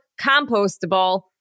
compostable